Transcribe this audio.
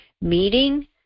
meeting